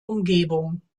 umgebung